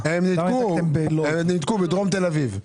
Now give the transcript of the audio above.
הם ניתקו בדרום תל אביב.